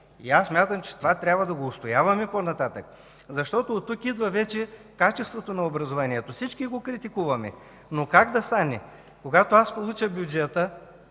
И аз смятам, че това трябва да го отстояваме по-нататък, защото от тук идва вече качеството на образованието. Всички го критикуваме, но как да стане? Когато аз получа бюджета,